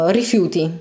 rifiuti